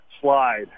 slide